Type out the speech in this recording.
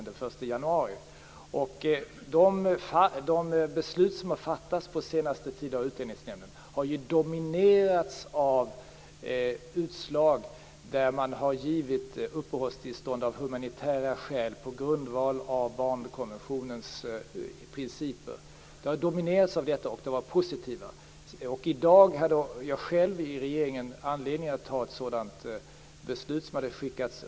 De beslut som under den senaste tiden fattats av Utlänningsnämnden har dominerats av utslag där man har givit uppehållstillstånd av humanitära skäl, på grundval av barnkonventionens principer. I dag hade jag själv anledning att ta ett sådant beslut i regeringen.